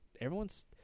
everyone's